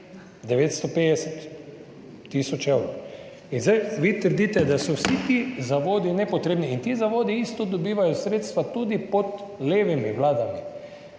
950 tisoč evrov. In zdaj vi trdite, da so vsi ti zavodi nepotrebni Ti zavodi dobivajo sredstva tudi pod levimi vladami.